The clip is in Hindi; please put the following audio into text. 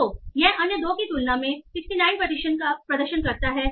तो यह अन्य दो की तुलना में 69 प्रतिशत का प्रदर्शन देता है